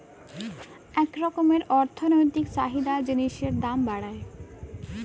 এক রকমের অর্থনৈতিক চাহিদা জিনিসের দাম বাড়ায়